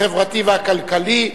החברתי והכלכלי.